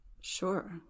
Sure